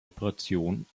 operation